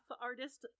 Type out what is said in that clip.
artist